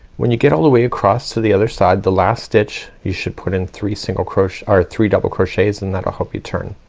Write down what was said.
when you get all the way across to the other side the last stitch you should put in three single crochet or three double crochets and that'll help you turn.